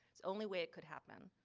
the only way it could happen.